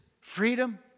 freedom